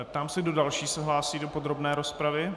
Ptám se, kdo další se hlásí do podrobné rozpravy.